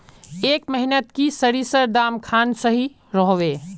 ए महीनात की सरिसर दाम खान सही रोहवे?